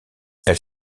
elle